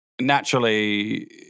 naturally